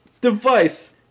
device